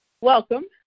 Welcome